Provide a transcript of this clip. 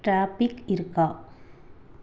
traffic இருக்கா